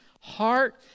heart